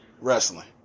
wrestling